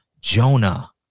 Jonah